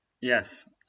yes